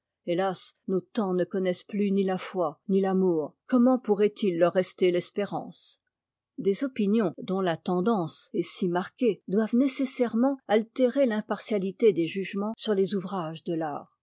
héias nos temps ne connaissent plus ni la foi ni l'amour comment pourrait-il leur rester l'espérance des opinions dontla tendance est si marquée doivent nécessairement aitérer l'impartialité des jugements sur les ouvrages de l'art